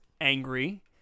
angry